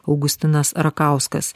augustinas rakauskas